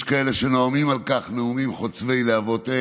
יש כאלה שנואמים על כך נאומים חוצבי להבות.